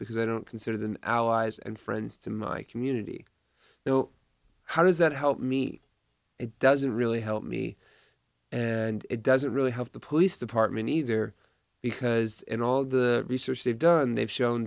because i don't consider them allies and friends to my community no how does that help me it doesn't really help me and it doesn't really help the police department either because in all the research they've done they've shown